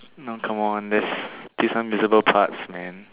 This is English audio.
now come on this give some visible parts man